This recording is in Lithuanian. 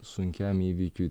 sunkiam įvykiui